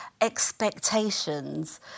expectations